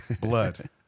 blood